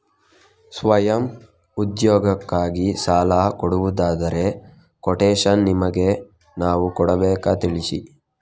ಸ್ವಯಂ ಉದ್ಯೋಗಕ್ಕಾಗಿ ಸಾಲ ಕೊಡುವುದಾದರೆ ಕೊಟೇಶನ್ ನಿಮಗೆ ನಾವು ಕೊಡಬೇಕಾ ತಿಳಿಸಿ?